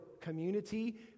community